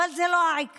אבל זה לא העיקר.